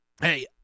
hey